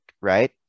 right